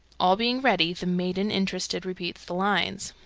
all being ready, the maiden interested repeats the lines